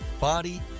body